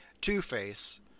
Two-Face